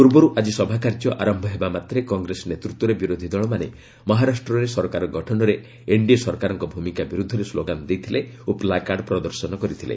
ପୂର୍ବରୁ ଆଜି ସଭାକାର୍ଯ୍ୟ ଆରମ୍ଭ ହେବା ମାତ୍ରେ କଂଗ୍ରେସ ନେତୃତ୍ୱରେ ବିରୋଧୀ ଦଳମାନେ ମହାରାଷ୍ଟ୍ରରେ ସରକାର ଗଠନରେ ଏନ୍ଡିଏ ସରକାରଙ୍କ ଭୂମିକା ବର୍ଦ୍ଧରେ ସ୍କୋଗାନ୍ ଦେଇଥିଲେ ଓ ପ୍ରାକାର୍ଡ ପ୍ରଦର୍ଶନ କରିଥିଲେ